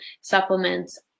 supplements